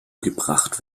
gebracht